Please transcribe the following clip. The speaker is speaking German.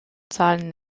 zahlen